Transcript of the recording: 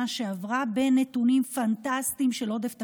שעברה בנתונים פנטסטיים של עודף תקציבי,